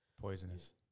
poisonous